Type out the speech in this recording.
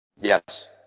Yes